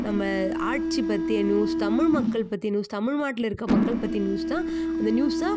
நம்ம ஆட்சி பற்றிய நியூஸ் தமிழ் மக்கள் பற்றிய நியூஸ் தமிழ்நாட்ல இருக்கற மக்கள் பற்றிய நியூஸ் தான் அந்த நியூஸ் தான்